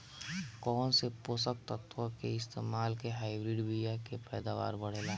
कौन से पोषक तत्व के इस्तेमाल से हाइब्रिड बीया के पैदावार बढ़ेला?